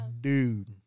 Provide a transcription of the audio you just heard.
dude